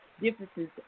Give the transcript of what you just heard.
differences